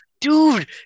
dude